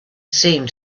seemed